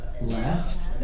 left